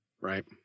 Right